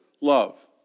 love